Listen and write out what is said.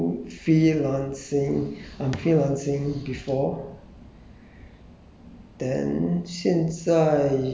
yeah I'm not really working for MediaCorp I'm working freelancing I'm freelancing before